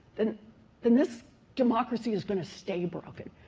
then then this democracy is going to stay broken.